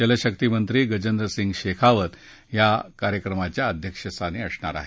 जलशक्ती मंत्री गजेंद्रसिंग शेखावत या कार्यक्रमाच्या अध्यक्षस्थानी असतील